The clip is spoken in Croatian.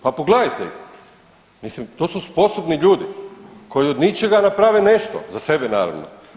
Pa pogledajte ih, mislim to su sposobni ljudi koji od ničega naprave nešto za sebe naravno.